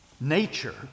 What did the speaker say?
nature